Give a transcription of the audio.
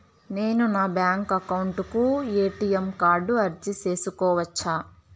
నేను నా bank account కు ఎ.టి.ఎం కార్డు అర్జీ సేసుకోవచ్చా?